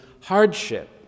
hardship